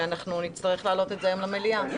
ואנחנו נצטרך להעלות את זה היום למליאה.